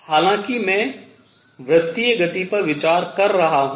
हालांकि मैं वृतीय गति पर विचार कर रहा हूँ